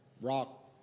rock